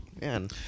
Man